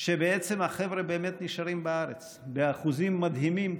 שבעצם החבר'ה באמת נשארים בארץ באחוזים מדהימים,